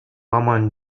amman